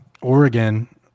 Oregon